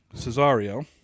Cesario